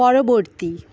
পরবর্তী